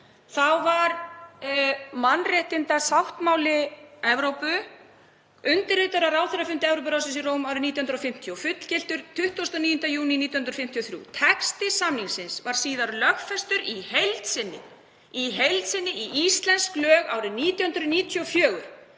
var mannréttindasáttmáli Evrópu undirritaður á ráðherrafundi Evrópuráðsins í Róm árið 1950 og fullgiltur 29. júní 1953. Texti samningsins var síðar lögfestur í heild sinni í íslensk lög árið 1994.